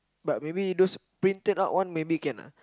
but maybe those printed out one maybe can ah